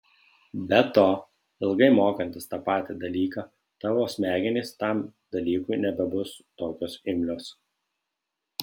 be to ilgai mokantis tą patį dalyką tavo smegenys tam dalykui nebebus tokios imlios